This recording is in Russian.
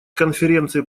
конференции